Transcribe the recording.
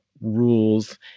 rules